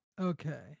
Okay